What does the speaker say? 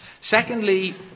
Secondly